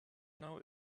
know